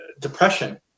depression